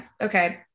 okay